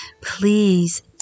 please